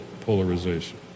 polarization